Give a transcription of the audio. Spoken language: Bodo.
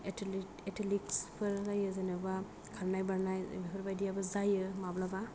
एतिलिक एतिलिकसफोर जायो जेनबा खारनाय बारनाय बेफोरबायदियाबो जायो माब्लाबा